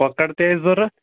کۅکر تیٚے اَسہِ ضروٗرت